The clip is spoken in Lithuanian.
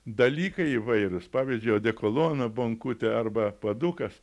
dalykai įvairūs pavyzdžiui odekolono bonkutė arba puodukas